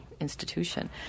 institution